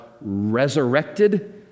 resurrected